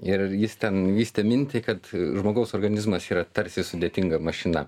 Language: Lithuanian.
ir jis ten vystė mintį kad žmogaus organizmas yra tarsi sudėtinga mašina